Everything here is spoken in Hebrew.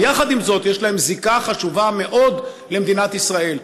ויחד עם זה יש להם זיקה חשובה מאוד למדינת ישראל,